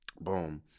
boom